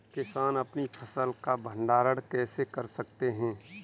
किसान अपनी फसल का भंडारण कैसे कर सकते हैं?